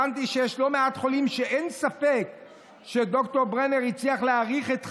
הבנתי שיש לא מעט חולים שאין ספק שד"ר ברנר הצליח להאריך את חייהם.